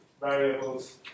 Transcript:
variables